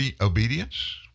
obedience